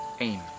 aim